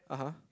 (uh huh)